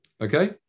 okay